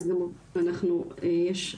אז גם יש לכך חשיבות,